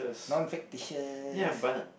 non fictitious